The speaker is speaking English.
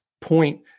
point